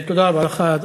תודה רבה לך.